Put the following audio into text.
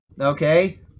Okay